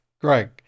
greg